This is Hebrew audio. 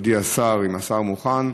מכובדי השר, אם השר מוכן,